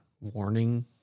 warning